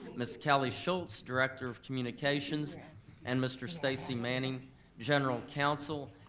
miss kelly shulz director of communications and mr. stacey manning general counsel.